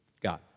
God